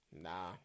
Nah